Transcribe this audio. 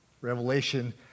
Revelation